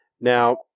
Now